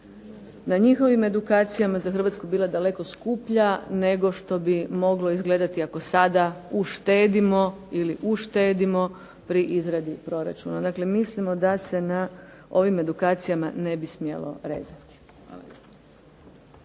na njihovim edukacijama za Hrvatsku bila daleko skuplja nego što bi moglo izgledati ako sada uštedimo ili uštedimo pri izradi proračuna. Dakle, mislimo da se na ovim edukacijama ne bi smjelo rezati.